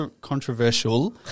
controversial